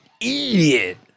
idiot